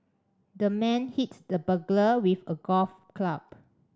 the man hit the burglar with a golf club